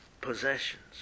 possessions